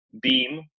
Beam